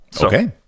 Okay